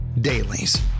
Dailies